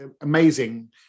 amazing